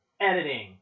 editing